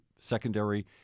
secondary